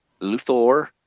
Luthor